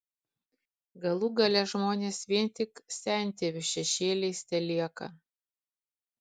galų gale žmonės vien tik sentėvių šešėliais telieka